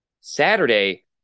Saturday